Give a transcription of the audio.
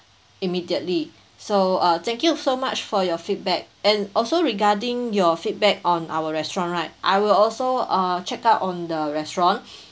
immediately so uh thank you so much for your feedback and also regarding your feedback on our restaurant right I will also uh check out on the restaurant